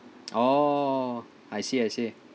oh I see I see